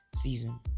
season